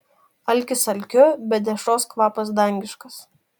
alkis alkiu bet dešros kvapas dangiškas